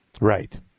Right